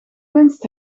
winst